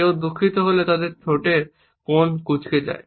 কেউ দুঃখিত হলে তাদের ঠোঁটের কোণ কুঁচকে যায়